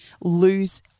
lose